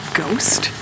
ghost